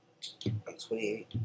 28